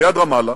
ליד רמאללה,